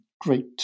great